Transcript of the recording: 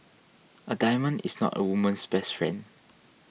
a diamond is not a woman's best friend